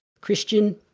Christian